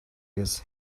his